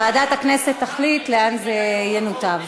ועדת הכנסת תחליט לאן זה ינותב.